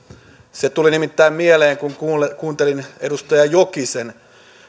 se tuli nimittäin mieleen kun kuuntelin edustaja jokisen